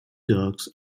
dogs